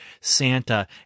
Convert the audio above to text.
Santa